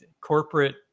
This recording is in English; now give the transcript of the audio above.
corporate